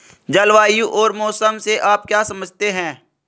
जलवायु और मौसम से आप क्या समझते हैं?